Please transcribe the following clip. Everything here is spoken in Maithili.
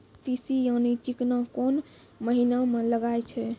तीसी यानि चिकना कोन महिना म लगाय छै?